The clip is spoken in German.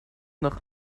noch